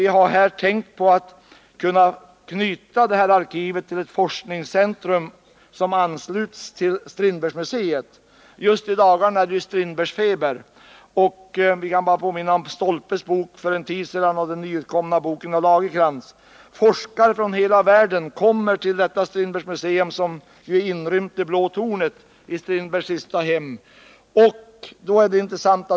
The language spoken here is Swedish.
Vi hade tänkt oss att knyta detta arkiv till ett forskningscentrum som skulle anslutas till Strindbergsmuseet. Just i dagarna är det ju Strindbergsfeber. Jag kan påminna om Sven Stolpes bok för en tid sedan och om den nyutkomna boken av Olof Lagercrantz. Forskare från hela världen kommer till detta Strindbergsmuseum, som är inrymt i Blå tornet i Strindbergs sista hem.